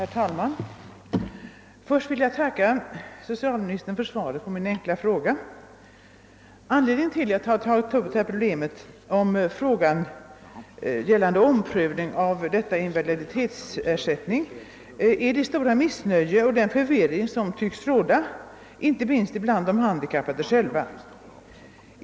Herr talman! Först vill jag tacka socialministern för svaret på min enkla fråga. Anledningen till att jag tagit upp frågan om en omprövning av invaliditetsersättningarna är det stora missnöje och den förvirring som tycks råda inte minst bland de handikappade själva.